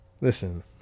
listen